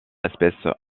espèces